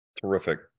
terrific